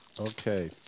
Okay